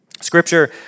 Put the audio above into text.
Scripture